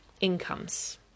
incomes